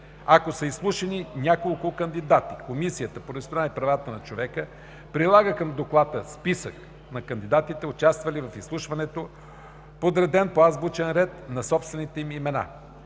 Ако са изслушани няколко кандидати, Комисията по вероизповеданията и правата на човека прилага към доклада списък на кандидатите, участвали в изслушването, подреден по азбучен ред на собствените им имена.